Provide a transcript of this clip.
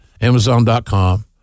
Amazon.com